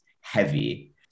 heavy